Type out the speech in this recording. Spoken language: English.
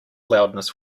loudness